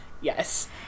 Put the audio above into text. Yes